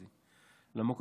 המנוח,